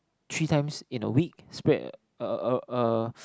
three times in a week spread uh uh uh